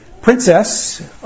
Princess